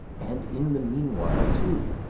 and in the meanwhile too,